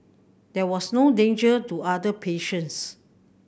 there was no danger to other patients